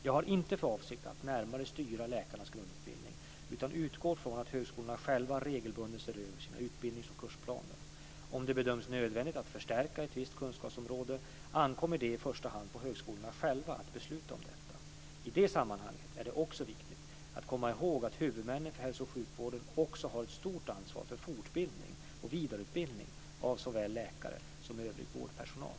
Jag har inte för avsikt att närmare styra läkarnas grundutbildning utan utgår från att högskolorna själva regelbundet ser över sina utbildnings och kursplaner. Om det bedöms nödvändigt att förstärka ett visst kunskapsområde ankommer det i första hand på högskolorna själva att besluta om detta. I det sammanhanget är det också viktigt att komma ihåg att huvudmännen för hälso och sjukvården också har ett stort ansvar för fortbildning och vidareutbildning av såväl läkare som övrig vårdpersonal.